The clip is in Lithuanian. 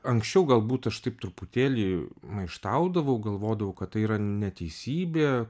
anksčiau galbūt aš taip truputėlį maištaudavau galvodavau kad tai yra neteisybė